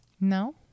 No